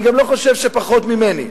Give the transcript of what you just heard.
אני גם לא חושב שפחות ממני,